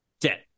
dead